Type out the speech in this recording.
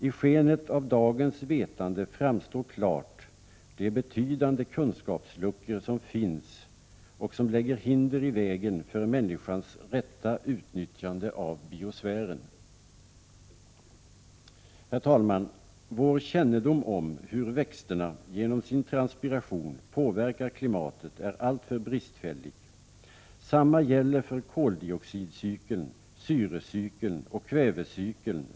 I skenet av dagens vetande framstår klart de betydande kunskapsluckor som finns och som lägger hinder i vägen för människans rätta utnyttjande av biosfären. Herr talman! Vår kännedom om hur växterna genom sin transpiration påverkar klimatet är alltför bristfällig. Samma gäller för koldioxidcykeln, syrecykeln och kvävecykeln.